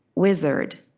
wizard,